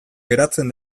geratzen